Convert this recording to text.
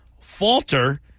Falter